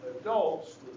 adults